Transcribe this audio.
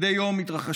מדי יום מתרחשים,